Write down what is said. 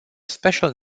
special